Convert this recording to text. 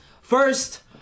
first